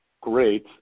great